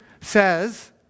says